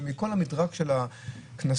ומכל המדרג של הקנסות,